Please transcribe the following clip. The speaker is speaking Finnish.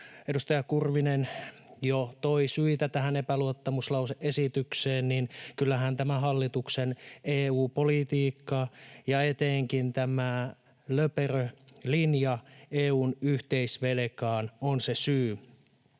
edustaja Kurvinen jo toi syitä tähän epäluottamuslause-esitykseen, niin kyllähän tämä hallituksen EU-politiikka ja etenkin tämä löperö linja EU:n yhteisvelkaan ovat se syy.